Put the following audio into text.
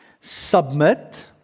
Submit